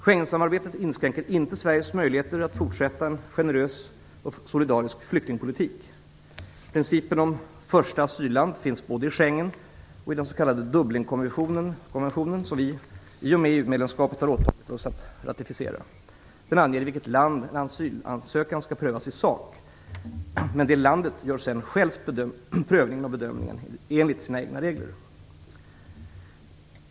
Schengensamarbetet inskränker inte Sveriges möjligheter att fortsätta en generös och solidarisk flyktingpolitik. Principen om första asylland fins både i Schengenavtalet och i den s.k. Dublinkonventionen som vi i och med EU-medlemskapet har åtagit oss att ratificera. Den anger i vilket land asylansökan skall prövas i sak, men det landet gör sedan självt prövningen och bedömningen enligt sina egna regler.